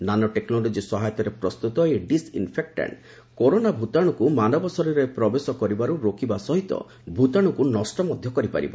nano technology ସହାୟତାରେ ପ୍ରସ୍ତୁତ ଏହି ଡିସ୍ଇନ୍ଫେକ୍ଟାଣ୍ଟ୍ କରୋନା ଭୂତାଣୁକୁ ମାନବ ଶରୀରରେ ପ୍ରବେଶ କରିବାରୁ ରୋକିବା ସହିତ ଭୂତାଣୁକୁ ନଷ୍ଟ ମଧ୍ୟ କରିପାରିବ